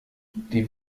die